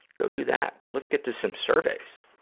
go do that. let's get to some surveys.